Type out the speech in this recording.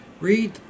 Read